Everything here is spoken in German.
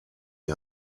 die